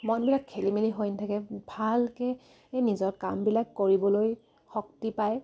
মনবিলাক খেলি মেলি হৈ নাথাকে ভালকে নিজৰ কামবিলাক কৰিবলৈ শক্তি পায়